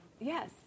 Yes